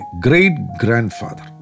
great-grandfather